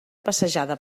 passejada